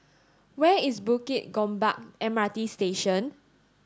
where is Bukit Gombak M R T Station